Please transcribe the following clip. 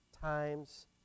times